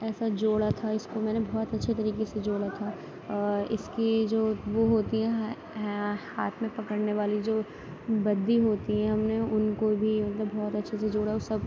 ایسا جوڑا تھا اس کو میں نے بہت اچھے طریقے سے جوڑا تھا اور اس کے جو وہ ہوتی ہے ہاتھ میں پکڑنے والی جو بدی ہوتی ہے ہم نے ان کو بھی بہت اچھے سے جوڑا وہ سب